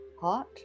Hot